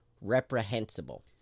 reprehensible